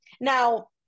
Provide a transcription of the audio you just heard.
Now